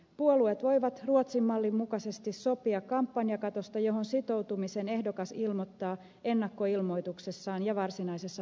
puolueet voivat ruotsin mallin mukaisesti sopia kampanjakatosta johon sitoutumisen ehdokas ilmoittaa ennakkoilmoituksessaan ja varsinaisessa vaalirahailmoituksessaan